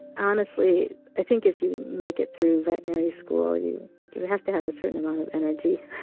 honestly, i think if you make it through veterinary school, you have to have a certain amount of energy.